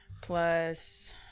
plus